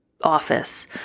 office